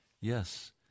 Yes